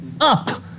up